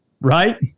right